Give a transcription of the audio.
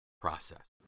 process